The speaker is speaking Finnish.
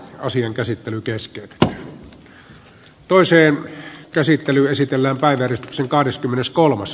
asian käsittely keskeytetään